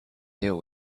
deal